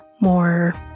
more